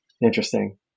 interesting